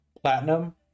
Platinum